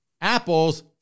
Apple's